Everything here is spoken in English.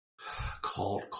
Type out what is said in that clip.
called